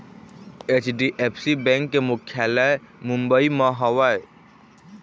HDFC bank के मुख्यालय मुंबई म हवय